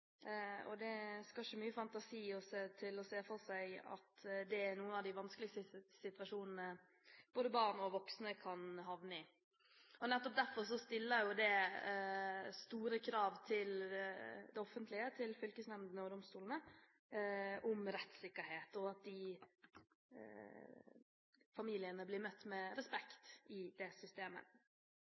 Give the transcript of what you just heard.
sosialtjenesteloven. Det skal ikke mye fantasi til for å se for seg at dette er noen av de vanskeligste situasjonene som både barn og voksne kan havne i. Nettopp derfor stilles det store krav til det offentlige, til fylkesnemndene og domstolene, om rettssikkerhet og om at disse familiene blir møtt med respekt i det systemet.